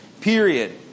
Period